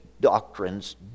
doctrines